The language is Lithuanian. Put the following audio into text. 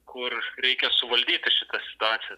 kur reikia suvaldyti šitą situaciją